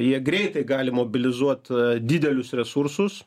jie greitai gali mobilizuot didelius resursus